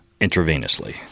Intravenously